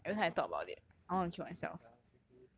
!wah! si gina sia seriously